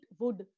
wood